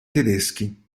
tedeschi